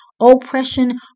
oppression